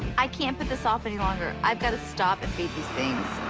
i can't put this off any longer. i've got to stop and feed these things.